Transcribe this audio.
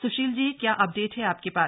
सुशील जी क्या अपडेट है आपके पास